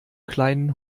kleinen